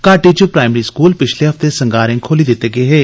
घाटी च primary school पिछले हफ्ते संगारें खोल्ली दिते गे हे